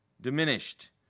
Diminished